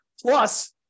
Plus